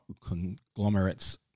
conglomerates